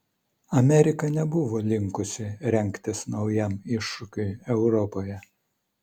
amerika nebuvo linkusi rengtis naujam iššūkiui europoje